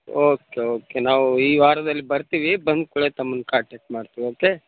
okay okay ನಾವು ಈ ವಾರದಲ್ಲಿ ಬರ್ತೀವಿ ಬಂದ ಕುಡ್ಲೆ ತಮ್ಮನ್ನು ಕಾಂಟೆಕ್ಟ್ ಮಾಡ್ತೀವಿ ಓಕೆ